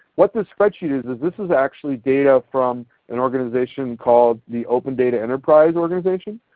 what this spreadsheet is is this is actually data from an organization called the open data enterprise organization.